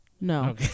No